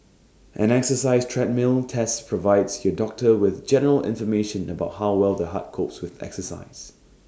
an exercise treadmill test provides your doctor with general information about how well the heart copes with exercise